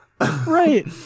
right